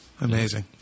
Amazing